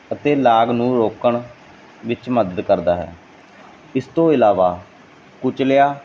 ਅਤੇ ਲਾਗ ਨੂੰ ਰੋਕਣ ਵਿੱਚ ਮਦਦ ਕਰਦਾ ਹੈ ਇਸ ਤੋਂ ਇਲਾਵਾ ਕੁਚਲਿਆ